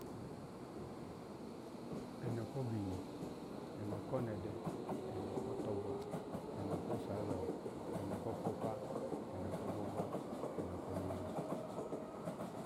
E no ko ginyi, eno ko nede, eno ko togwo, eno ko sazawo, eno ko kpokpa, eno ko gwogwa, eno ko miyo